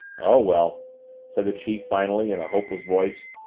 oh, well said the chief finally in a hopeless voice.